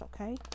okay